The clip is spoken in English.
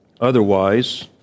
Otherwise